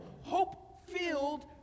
hope-filled